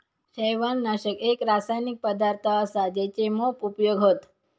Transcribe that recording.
शैवालनाशक एक रासायनिक पदार्थ असा जेचे मोप उपयोग हत